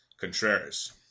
Contreras